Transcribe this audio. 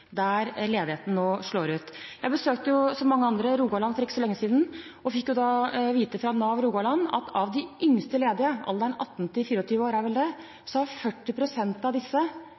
der ledigheten nå slår ut? Jeg besøkte, som mange andre, Rogaland for ikke så lenge siden og fikk da vite fra Nav Rogaland at av de yngste ledige – alderen 16–29 år, er vel det – har